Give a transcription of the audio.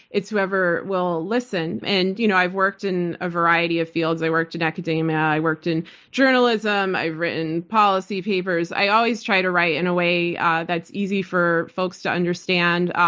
it's whoever will listen. and you know i've worked in a variety of fields. i worked in academia. i worked in journalism. i've written policy papers. i always try to write in a way that's easy for folks to understand,